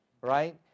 right